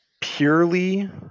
purely